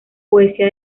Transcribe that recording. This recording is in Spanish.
poesía